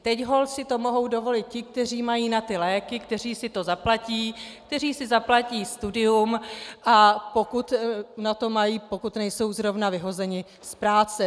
Teď holt si to mohou dovolit ti, kteří mají na léky, kteří si to zaplatí, kteří si zaplatí studium, pokud na to mají, pokud nejsou zrovna vyhozeni z práce.